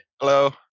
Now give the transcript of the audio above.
hello